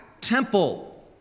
temple